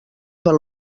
per